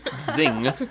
Zing